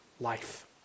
life